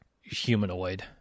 humanoid